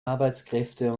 arbeitskräfte